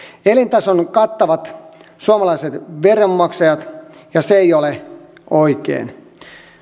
elintason kattavat suomalaiset veronmaksajat ja se ei ole oikein